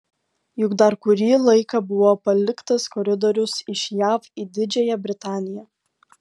juk dar kurį laiką buvo paliktas koridorius iš jav į didžiąją britaniją